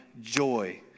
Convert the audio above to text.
joy